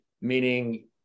meaning